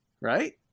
Right